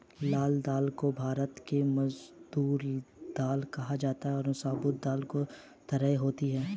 लाल दाल को भारत में मसूर दाल कहा जाता है और साबूत और धुली दो तरह की होती है